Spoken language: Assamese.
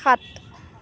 সাত